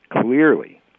clearly